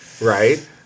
right